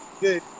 good